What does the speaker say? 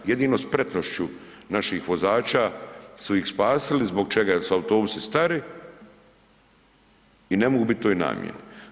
Jedino spretnošću naših vozača su ih spasili, zbog čega jel su autobusi stari i ne mogu biti u toj namjeni.